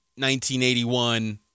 1981